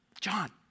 John